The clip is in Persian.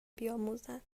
بیاموزند